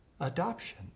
adoption